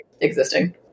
existing